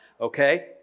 Okay